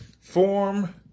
Form